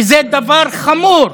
וזה דבר חמור.